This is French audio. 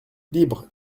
libres